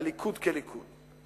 הליכוד כליכוד.